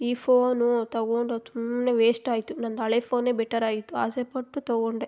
ಈ ಫೋನು ತಗೊಂಡು ಸುಮ್ನೆ ವೇಶ್ಟ್ ಆಯಿತು ನಂದು ಹಳೆ ಫೋನೇ ಬೆಟರ್ ಆಗಿತ್ತು ಆಸೆಪಟ್ಟು ತಗೊಂಡೆ